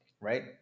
right